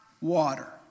water